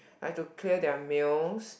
like to clear their meals